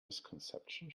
misconception